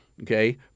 okay